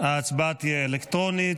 ההצבעה תהיה אלקטרונית.